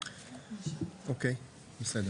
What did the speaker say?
בסדר,